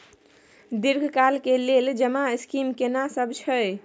दीर्घ काल के लेल जमा स्कीम केना सब छै?